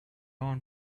own